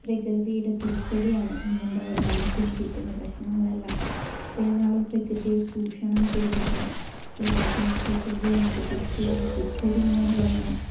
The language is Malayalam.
പ്രകൃതിയുടെ തിരിച്ചടിയാണ് ഇന്നുണ്ടാകുന്ന നമുക്കും കിട്ടുന്ന പ്രശ്നങ്ങളെല്ലാം ഇത്ര നാളും പ്രകൃതിയെ ചൂഷണം ചെയ്തതിനും എല്ലാത്തിനും പ്രകൃതി നമുക്ക് തിരിച്ച് തരുന്ന തിരിച്ചടി എന്നു തന്നെ പറയണം